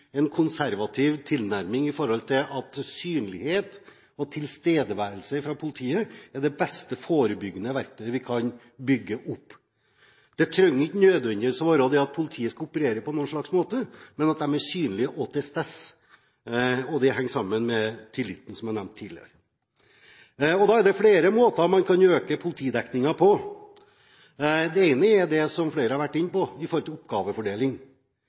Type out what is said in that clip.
en konservativ tilnærming, at synlighet og tilstedeværelse fra politiet er det beste forebyggende verktøyet vi kan ha. Det trenger ikke nødvendigvis bety at politiet skal være operative på noen slags måte, men at de er synlige og til stede. Det henger sammen med tilliten, som jeg nevnte tidligere. Det er flere måter man kan øke politidekningen på. Det ene er det som flere har vært inne på når det gjelder oppgavefordeling.